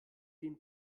den